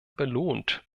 belohnt